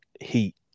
Heat